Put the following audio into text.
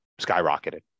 skyrocketed